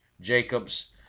Jacobs